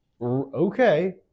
Okay